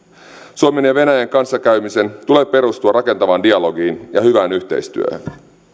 suomen ja venäjän kanssakäymisen tulee perustua rakentavaan dialogiin ja hyvään yhteistyöhön